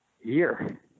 year